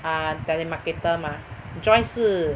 她 telemarketer mah Joyce 是